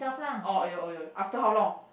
oh you oh you after how long